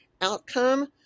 outcome